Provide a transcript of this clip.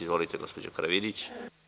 Izvolite gospođo Karavidić.